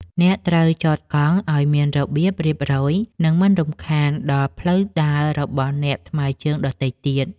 អ្នកត្រូវចតកង់ឱ្យមានរបៀបរៀបរយ និងមិនរំខានដល់ផ្លូវដើររបស់អ្នកថ្មើរជើងដទៃទៀត។